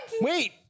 Wait